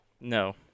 No